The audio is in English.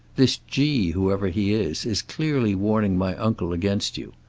this g, whoever he is, is clearly warning my uncle against you.